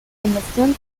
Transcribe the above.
fundación